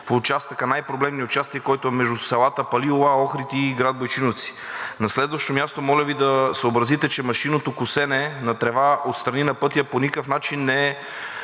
в най-проблемния участък, който е между селата Палилула, Охрид и град Бойчиновци. На следващо място, моля Ви да съобразите, че машинното косене на трева отстрани на пътя по никакъв начин не